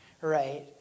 Right